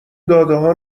دادهها